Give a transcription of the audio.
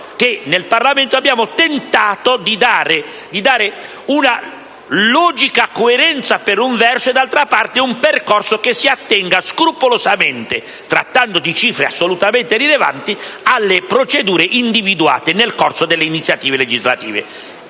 in Parlamento abbiamo tentato, per un verso, di dare una logica coerenza e, dall'altra parte, di segnare un percorso che si attenga scrupolosamente, trattando di cifre assolutamente rilevanti, alle procedure individuate nel corso delle iniziative legislative.